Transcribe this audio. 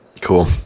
cool